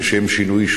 לשם שינוי,